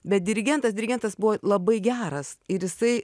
bet dirigentas dirigentas buvo labai geras ir jisai